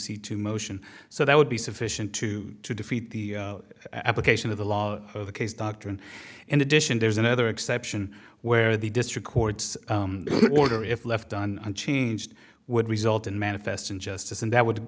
c two motion so that would be sufficient to defeat the application of the law of the case doctrine in addition there's another exception where the district court's order if left done unchanged would result in manifest injustice and that would